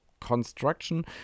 construction